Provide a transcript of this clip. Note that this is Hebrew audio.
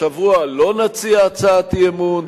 השבוע לא נציע הצעת אי-אמון,